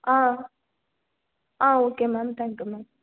ஆ ஆ okay ma'am thank you ma'am